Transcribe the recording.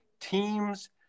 teams